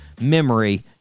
memory